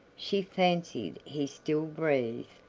she fancied he still breathed,